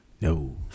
No